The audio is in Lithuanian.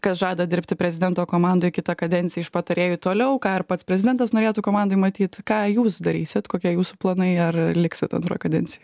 kas žada dirbti prezidento komandoj kitą kadenciją iš patarėjų toliau ką ir pats prezidentas norėtų komandoj matyt ką jūs darysit kokie jūsų planai ar liksit antroj kadencijoj